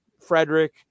Frederick